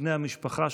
מבני המשפחה שלך.